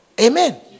Amen